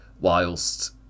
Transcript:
whilst